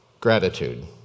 gratitude